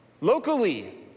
locally